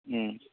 उम